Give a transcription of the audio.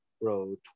road